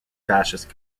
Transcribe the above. fascist